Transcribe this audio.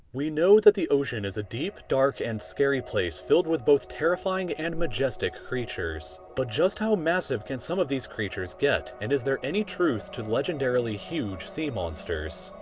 we know that the ocean is a deep, dark, and scary place filled with both terrifying and majestic creatures, but just how massive can some of these creatures get? and is there any truth to legendarily huge sea monsters?